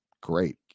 great